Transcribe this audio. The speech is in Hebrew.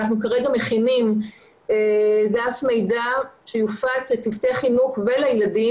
אנחנו כרגע מכינים דף מידע שיופץ לצוותי חינוך ולילדים